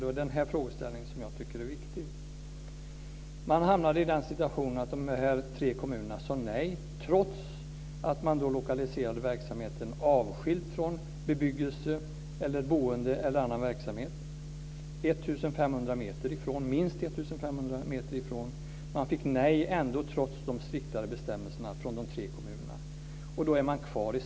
Det är den här frågeställningen som jag tycker är viktig. Man hamnade i den situationen att de här tre kommunerna sade nej, trots att företaget ville lokalisera verksamheten avskiljt - minst 1 500 meter - från bebyggelse, boende eller annan verksamhet. Trots de striktare bestämmelserna fick företaget nej från de tre kommunerna.